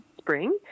spring